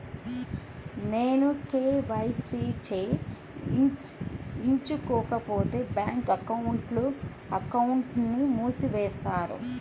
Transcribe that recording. నేను కే.వై.సి చేయించుకోకపోతే బ్యాంక్ అకౌంట్ను మూసివేస్తారా?